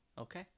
Okay